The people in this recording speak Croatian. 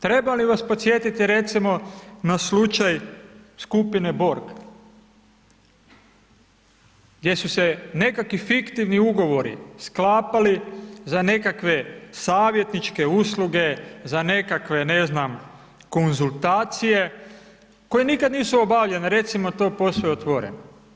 Treba li vas podsjetiti, recimo na slučaj skupine Borg, gdje su se nekakvi fiktivni ugovori sklapali za nekakve savjetničke usluge, za nekakve ne znam, konzultacije koje nikad nisu obavljene, recimo to posve otvoreno.